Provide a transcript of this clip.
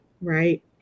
right